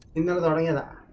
you know of the day and